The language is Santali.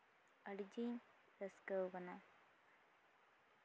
ᱟᱹᱰᱤ ᱡᱮᱧ ᱨᱟᱹᱥᱠᱟᱹᱣ ᱠᱟᱱᱟ